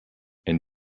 and